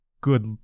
good